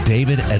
David